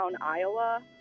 Iowa